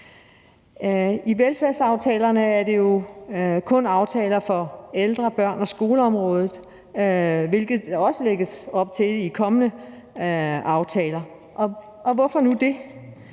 I velfærdsaftalerne er der jo kun aftaler for ældreområdet, børneområdet og skoleområdet, hvilket der også lægges op til i kommende aftaler, og hvorfor nu det?